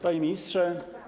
Panie Ministrze!